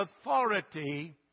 authority